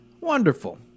wonderful